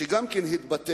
שגם כן התבטא